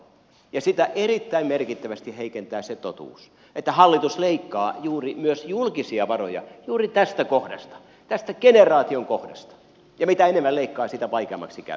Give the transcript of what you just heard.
ja sitä erittäin merkittävästi heikentää se totuus että hallitus leikkaa myös julkisia varoja juuri tästä kohdasta tästä generaation kohdasta ja mitä enemmän leikkaa sitä vaikeammaksi käy